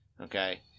Okay